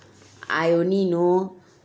I only know